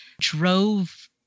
drove